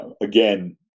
again